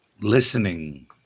Listening